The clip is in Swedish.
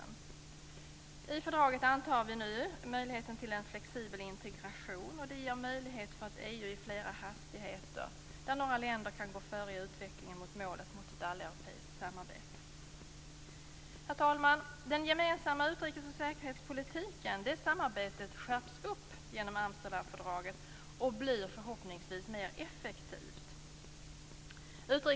Genom fördraget antar vi nu möjligheten till en flexibel integration, och det ger förutsättningar för ett EU med flera hastigheter, där några länder kan gå före i utvecklingen mot målet ett alleuropeiskt samarbete. Herr talman! Det gemensamma utrikes och säkerhetspolitiska samarbetet skärps genom Amsterdamfördraget och blir förhoppningsvis mer effektivt.